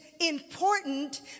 important